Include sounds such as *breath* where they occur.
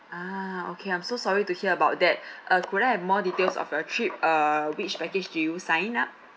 ah okay I'm so sorry to hear about that *breath* uh could I have more details of your trip uh which package did you sign up